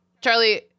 Charlie